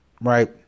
Right